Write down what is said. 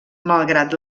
malgrat